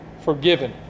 forgiven